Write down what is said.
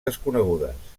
desconegudes